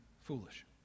foolish